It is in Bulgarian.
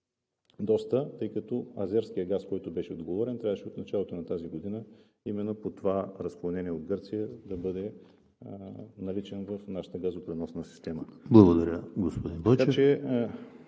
доста, тъй като азерският газ, който беше договорен, трябваше от началото на тази година именно по това разклонение от Гърция да бъде наличен в нашата газопреносна система. ПРЕДСЕДАТЕЛ ЕМИЛ